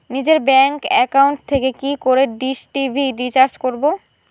নিজের bank account থেকে কি করে ডিশ টি.ভি রিচার্জ করবো?